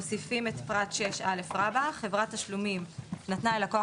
מוסיפים את פרט 6(א) רבה: "חברת תשלומים שנתנה ללקוח